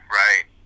right